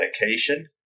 medication